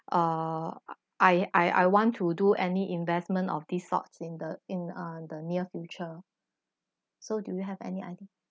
uh I I I want to do any investment of these sorts in the in uh the near future so do you have any idea